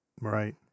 right